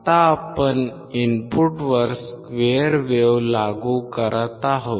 आता आपण इनपुटवर स्क्वेअर वेव्ह लागू करत आहोत